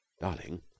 darling